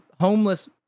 homeless